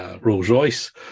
Rolls-Royce